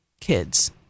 kids